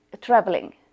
traveling